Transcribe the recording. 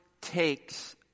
takes